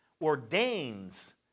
ordains